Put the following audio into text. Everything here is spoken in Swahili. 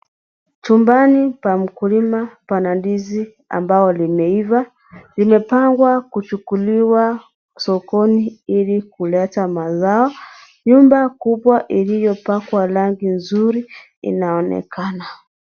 Chumbani pa mkulima pana ndizi ambao imeiva imepangwa kuchukuliwa sokoni ili kuleta mazao nyumba kubwa iliyopakwa rangi nzuri inaonekana.